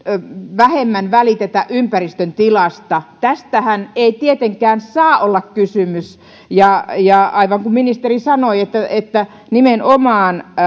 vähemmän välitetä ympäristön tilasta tästähän ei tietenkään saa olla kysymys ja ja aivan kuten ministeri sanoi nimenomaan